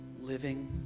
living